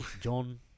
John